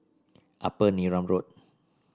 Upper Neram Road